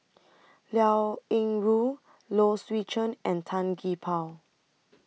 Liao Yingru Low Swee Chen and Tan Gee Paw